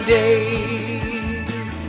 days